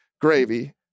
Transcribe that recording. gravy